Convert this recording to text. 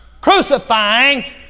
crucifying